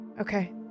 Okay